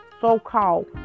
so-called